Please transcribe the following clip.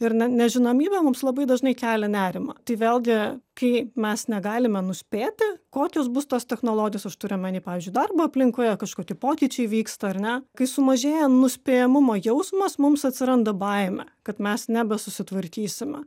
ir ne nežinomybė mums labai dažnai kelia nerimą tai vėlgi kai mes negalime nuspėti kokios bus tos technologijos aš turiu omeny pavyzdžiui darbo aplinkoje kažkokie pokyčiai vyksta ar ne kai sumažėja nuspėjamumo jausmas mums atsiranda baimė kad mes nebesusitvarkysime